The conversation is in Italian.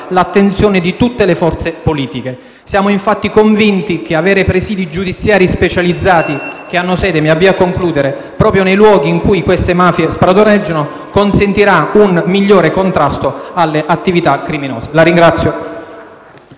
l'attenzione di tutte le forze politiche. Siamo infatti convinti che avere presidi giudiziari specializzati che hanno sede proprio nei luoghi in cui queste mafie spadroneggiano consentirà un migliore contrasto alle attività criminose. *(Applausi